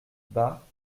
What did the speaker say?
bas